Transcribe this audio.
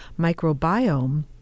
microbiome